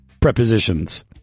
prepositions